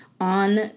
on